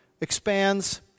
Expands